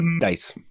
dice